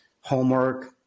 homework